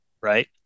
right